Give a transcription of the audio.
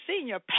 senior